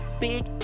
big